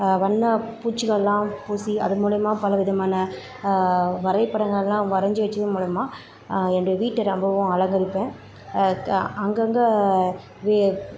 வண்ண பூச்சுகளெல்லாம் பூசி அதன் மூலயமா பல விதமான வரை படங்களெல்லாம் வரைஞ்சி வைச்சதன் மூலயமா என்ற வீட்டை ரொம்பவும் அலங்கரிப்பேன் அங்கங்கே வே